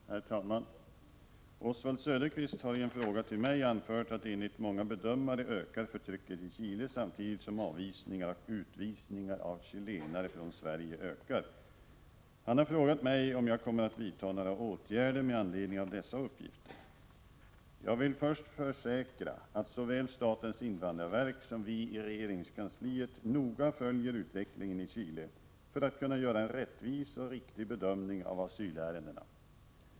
Herr talman! Oswald Söderqvist har i en fråga till mig anfört att förtrycket i Chile enligt många bedömare ökar samtidigt som avvisningar och utvisningar av chilenare från Sverige ökar. Han har frågat mig om jag kommer att vidta några åtgärder med anledning av dessa uppgifter. Jag vill först försäkra att såväl statens invandrarverk som vi i regeringskansliet noga följer utvecklingen i Chile för att kunna göra en rättvis och riktig bedömning av asylärendena.